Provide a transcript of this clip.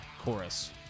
chorus